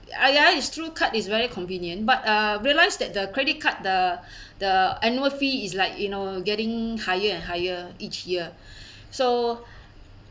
ah ya is true card is very convenient but uh realized that the credit card the the annual fee is like you know getting higher and higher each year so